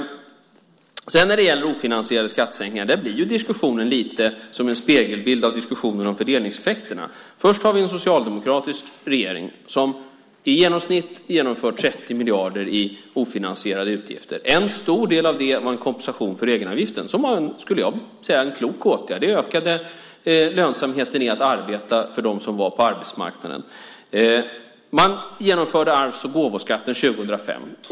När det gäller ofinansierade skattesänkningar blir diskussionen lite som en spegelbild av diskussionen och fördelningseffekterna. Först har vi en socialdemokratisk regering som i genomsnitt genomför ofinansierade utgifter på 30 miljarder. En stor del av det var en kompensation för egenavgiften. Jag skulle säga att det var en klok åtgärd. Det ökade lönsamheten i att arbeta för dem som var på arbetsmarknaden. Man genomförde också sänkt arvs och gåvoskatt år 2005.